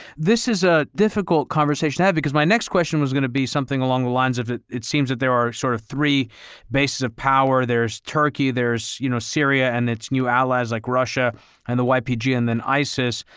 this is a difficult conversation to have. because my next question was going to be something along the lines of, it it seems that there are sort of three bases of power. there's turkey, there's you know syria and its new allies like russia and the ypg, and then isis.